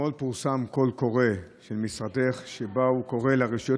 אתמול פורסם קול קורא של משרדך שבו הוא קורא לרשויות